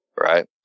right